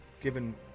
given